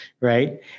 right